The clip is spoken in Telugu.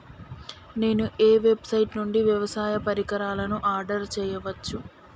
నేను ఏ వెబ్సైట్ నుండి వ్యవసాయ పరికరాలను ఆర్డర్ చేయవచ్చు?